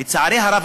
לצערי הרב,